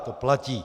To platí.